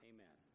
Amen